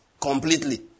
completely